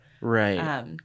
Right